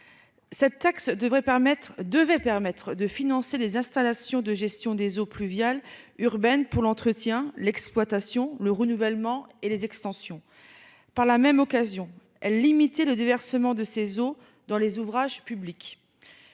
permettre devait permettre de financer les installations de gestion des eaux pluviales urbaines pour l'entretien, l'exploitation le renouvellement et les extensions par la même occasion limité le déversement de ces eaux dans les ouvrages publics.